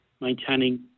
maintaining